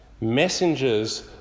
Messengers